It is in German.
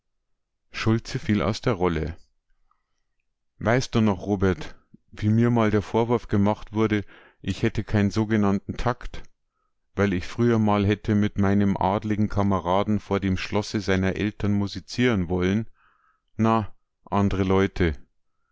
schulze fiel aus der rolle weißt du noch robert wie mir mal der vorwurf gemacht wurde ich hätte kein'n sogenannten takt weil ich früher mal hätte mit meinem adligen kameraden vor dem schlosse seiner eltern musizieren woll'n na andre leute